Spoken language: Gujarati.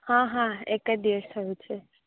હા હા એક જ દિવસ થયું છે